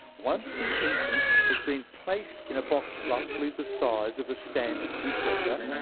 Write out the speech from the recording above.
once the infant has been placed in a box roughly the size of a standard dishwasher,